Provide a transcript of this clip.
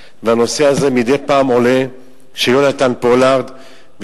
הנושא הזה של יונתן פולארד עולה מדי פעם,